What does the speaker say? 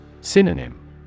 Synonym